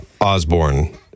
Osborne